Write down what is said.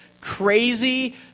crazy